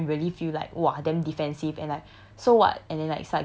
like even if afterwards my friend really feel like !wah! damn defencive and like